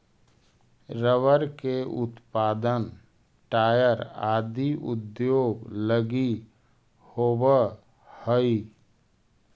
rubber के उत्पादन tyre आदि उद्योग लगी होवऽ हइ